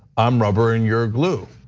i'm rubber and you're glue.